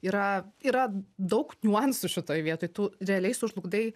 yra yra daug niuansų šitoj vietoj tu realiai sužlugdai